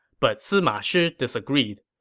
but sima shi disagreed.